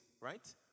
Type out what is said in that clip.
right